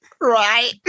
Right